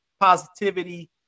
positivity